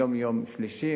היום יום שלישי.